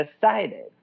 decided